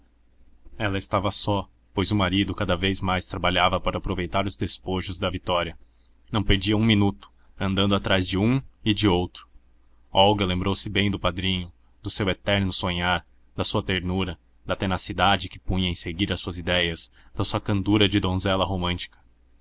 ela estava só pois o marido cada vez mais trabalhava para aproveitar os despojos da vitória não perdia um minuto andando atrás de um e de outro olga lembrou-se bem do padrinho do seu eterno sonhar da sua ternura da tenacidade que punha em seguir as suas idéias da sua candura de donzela romântica